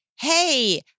Hey